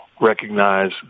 recognize